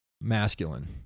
masculine